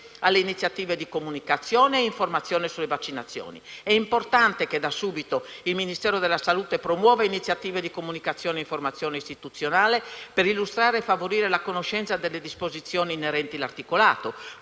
alle iniziative di comunicazione e informazione sulle vaccinazioni. È importante che da subito il Ministero della salute promuova iniziative di comunicazione e informazione istituzionale, per illustrare e favorire la conoscenza delle disposizioni inerenti l'articolato,